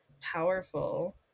powerful